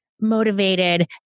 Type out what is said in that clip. motivated